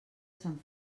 sant